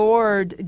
Lord